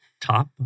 top